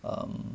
um